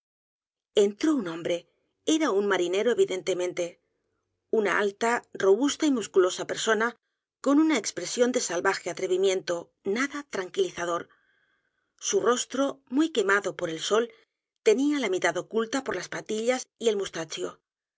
entró un hombre era un marinero evidentemente una alta robusta y musculosa persona con una expresión de salvaje atrevimiento nada tranquilizador su rostro muy quemado por el sol tenía la mitad oculta por las patillas y el mustaccio